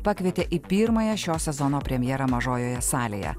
pakvietė į pirmąją šio sezono premjerą mažojoje salėje